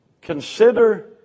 Consider